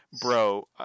bro